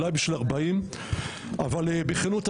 אולי בשביל 40. בכנות אדוני,